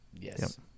Yes